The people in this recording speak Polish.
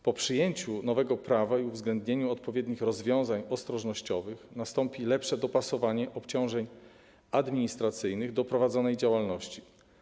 Po przyjęciu nowego prawa i uwzględnieniu odpowiednich rozwiązań ostrożnościowych nastąpi lepsze dopasowanie obciążeń administracyjnych do prowadzonej działalności.